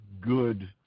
good